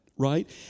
right